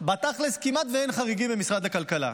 בתכלס כמעט אין חריגים במשרד הכלכלה.